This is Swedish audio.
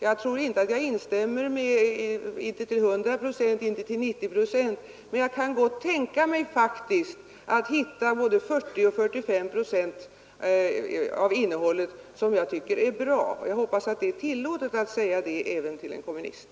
Jag tror inte att jag instämmer till 100 eller ens 90 procent, men jag kan gott tänka mig att finna både 40 och 45 procent av innehållet vara bra. Jag hoppas det är tillåtet att säga det även till en kommunist.